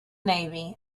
navy